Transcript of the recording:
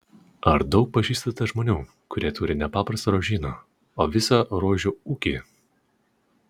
ar daug pažįstate žmonių kurie turi ne paprastą rožyną o visą rožių ūkį